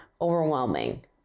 overwhelming